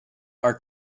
are